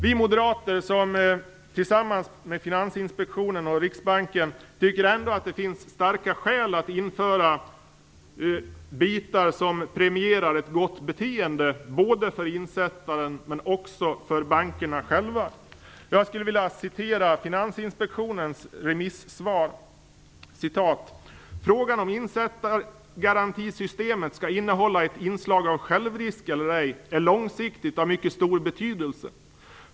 Vi moderater, som står tillsammans med Finansinspektionen och Riksbanken, tycker ändå att det finns starka skäl att införa bitar som premierar ett gott beteende för insättaren men också för bankerna själva. Jag skulle vilja citera Finansinspektionens remissvar: "Frågan om insättargarantisystemet skall innehålla ett inslag av självrisk eller ej är långsiktigt av mycket stor betydelse.